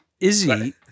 Izzy